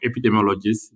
epidemiologists